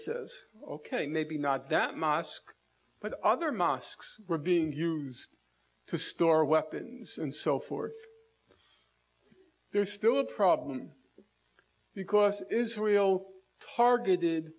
says ok maybe not that mosque but other mosques are being used to store weapons and so forth there's still a problem because israel targeted